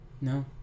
No